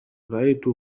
رأيت